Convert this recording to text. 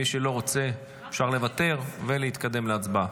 מי שלא רוצה, אפשר לוותר ולהתקדם להצבעה.